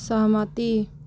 सहमति